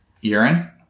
Urine